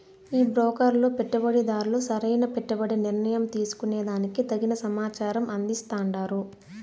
ఈ బ్రోకర్లు పెట్టుబడిదార్లు సరైన పెట్టుబడి నిర్ణయం తీసుకునే దానికి తగిన సమాచారం అందిస్తాండారు